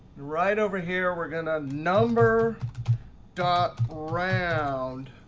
right over here, we're going to number dot round